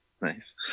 nice